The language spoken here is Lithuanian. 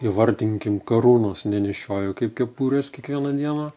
įvardinkim karūnos nenešioju kaip kepurės kiekvieną dieną